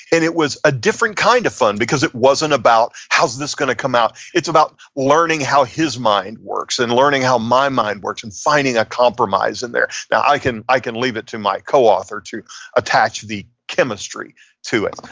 and it was a different kind of fun, because it wasn't about how's this going to come out? it's about learning how his mind works, and learning how my mind works, and finding a compromise in there. now, i can i can leave it to my co-author to attach the chemistry to it,